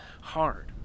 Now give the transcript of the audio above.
hard